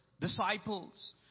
disciples